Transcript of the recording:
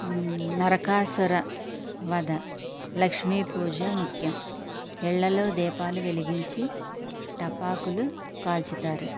నరకాసుర వద లక్ష్మీపూజ ముక్యం ఇళ్లలో దీపాలు వెలిగించి టపాకులు కాల్చుతారు